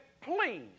please